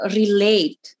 relate